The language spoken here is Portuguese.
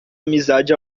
amizade